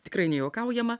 tikrai nejuokaujama